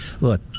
look